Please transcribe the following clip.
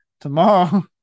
tomorrow